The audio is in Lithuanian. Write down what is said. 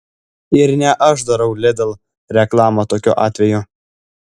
ir ne aš darau lidl reklamą tokiu atveju